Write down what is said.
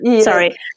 sorry